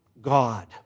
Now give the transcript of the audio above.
God